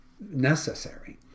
necessary